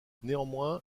néanmoins